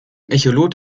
echolot